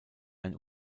ein